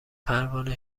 پروانه